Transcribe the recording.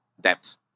debt